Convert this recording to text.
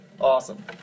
Awesome